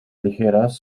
ligeras